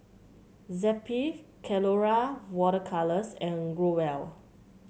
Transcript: Zappy Colora Water Colours and Growell